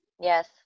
Yes